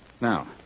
Now